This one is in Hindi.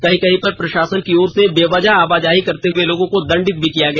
कहीं कहीं पर प्रषासन की ओर से बेवजह आवाजाही करते हुए लोगों को डंडित भी किया गया